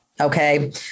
Okay